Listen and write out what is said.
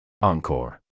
encore